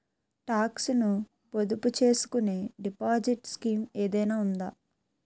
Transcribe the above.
Talks ను పొదుపు చేసుకునే డిపాజిట్ స్కీం ఏదైనా ఉందా?